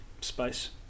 space